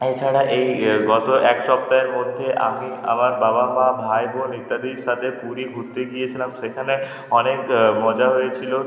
এছাড়া এই গত এক সপ্তাহের মধ্যে আগে আমার বাবা মা ভাই বোন ইত্যাদির সাথে পুরী ঘুরতে গিয়েছিলাম সেখানে অনেক মজা হয়েছিল